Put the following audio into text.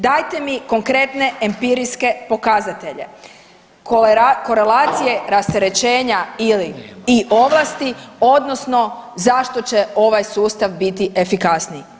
Dajte mi konkretne empirijske pokazatelje korelacije rasterećenja ili/i ovlasti odnosno zašto će ovaj sustav biti efikasniji?